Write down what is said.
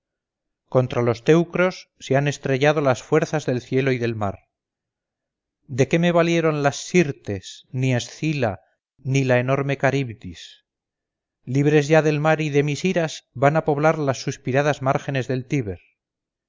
contra los teucros se han estrellado las fuerzas del cielo y del mar de qué me valieron las sirtes ni escila ni la enorme caribdis libres ya del mar y de mis iras van a poblar las suspiradas márgenes del